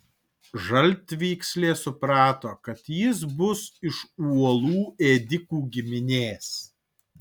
žaltvykslė suprato kad jis bus iš uolų ėdikų giminės